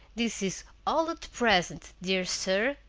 this is all at present, dear sir,